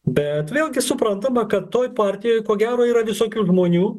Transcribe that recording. bet vėlgi suprantama kad toj partijoj ko gero yra visokių žmonių